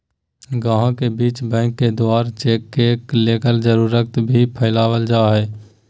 गाहक के बीच बैंक के द्वारा चेक के लेकर जागरूकता भी फैलावल जा है